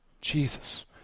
Jesus